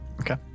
Okay